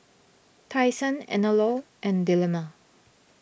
Tai Sun Anello and Dilmah